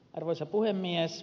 arvoisa puhemies